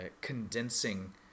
condensing